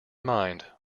mind